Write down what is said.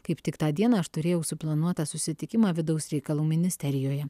kaip tik tą dieną aš turėjau suplanuotą susitikimą vidaus reikalų ministerijoje